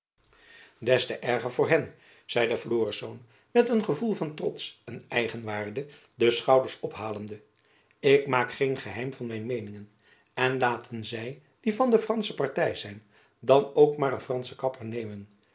des te erger voor hen zeide florisz met een gevoel van trots en eigenwaarde de schouders ophalende ik maak geen geheim van mijn meeningen en laten zy die van de fransche party zijn dan ook maar een franschen kapper nemen